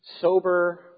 sober